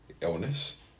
illness